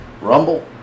Rumble